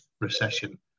recession